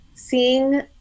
seeing